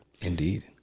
Indeed